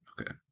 Okay